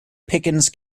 pickens